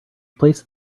placed